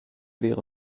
wäre